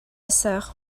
sœur